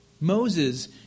Moses